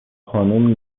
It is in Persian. خانوم